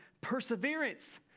perseverance